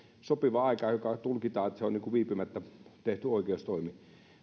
sopiva aika joka tulkitaan että se on viipymättä tehty oikeustoimi